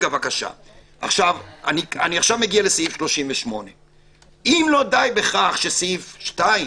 אני עכשיו מגיע לסעיף 38. אם לא די בכך שסעיף 2,